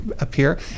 appear